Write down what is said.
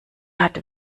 hat